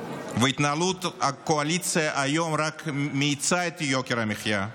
והתנהלות הקואליציה היום רק מאיצה את יוקר המחיה.